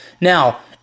Now